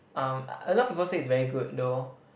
um a lot of people say it's very good though